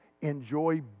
Enjoy